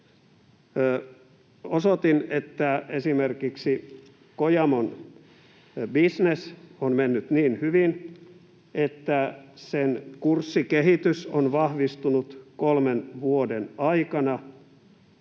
Osoitin, että esimerkiksi Kojamon bisnes on mennyt niin hyvin, että sen kurssikehitys on vahvistunut kolmen vuoden aikana